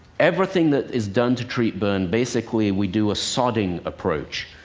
everything that is done to treat burn basically we do a sodding approach.